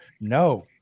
No